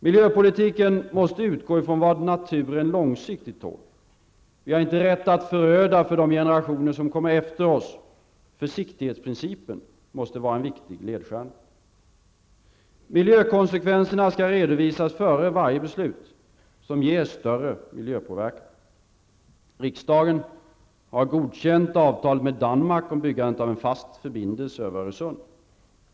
Miljöpolitiken måste utgå ifrån vad naturen långsiktigt tål. Vi har inte rätt att föröda för de generationer som kommer efter oss. Försiktighetsprincipen måste vara en viktig ledstjärna. Miljökonsekvenserna skall redovisas före varje beslut som ger större miljöpåverkan. Riksdagen har godkänt avtalet med Danmark om byggandet av en fast förbindelse över Öresund.